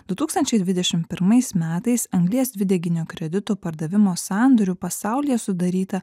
du tūkstančiai dvidešimt pirmais metais anglies dvideginio kreditų pardavimo sandorių pasaulyje sudaryta